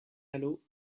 malo